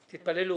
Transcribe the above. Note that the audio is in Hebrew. תתפללו.